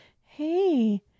hey